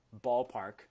ballpark